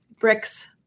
Bricks